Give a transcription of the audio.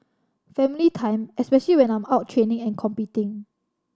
family time especially when I'm out training and competing